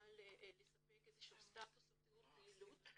נוכל לספק סטטוס או תיאור פעילות.